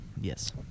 Yes